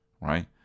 Right